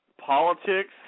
politics